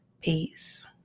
Peace